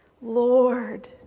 Lord